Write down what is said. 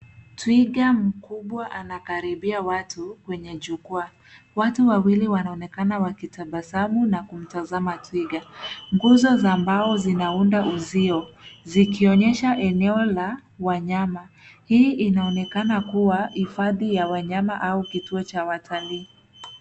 Twiga mkubwa anakaribia watu kwenye jukwaa. Watu wawili wanaonekana wakitabasamu na kumtazama twiga. Nguzo za mbao zinaunda uzio zikionyesha eneo la wanyama. Hii inaonekana kuwa hifadhi ya wanyama au kituo cha watalii.